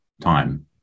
time